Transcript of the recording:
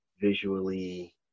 visually